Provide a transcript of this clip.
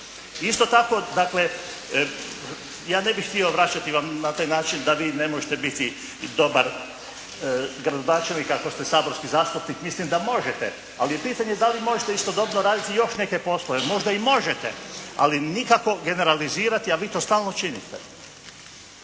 Isto tako, dakle, ja ne bih htio vraćati vam na taj način da vi ne možete biti dobar gradonačelnik ako ste saborski zastupnik, mislim da možete, ali je pitanje da li možete istodobno raditi još neke poslove, možda i možete, ali nikako generalizirati a vi to stalno činite.